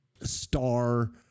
star